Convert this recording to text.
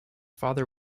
father